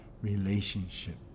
relationship